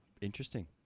interesting